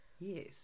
Yes